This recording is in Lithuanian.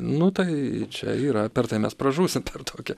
nu tai čia yra per tai mes pražūsim per tokią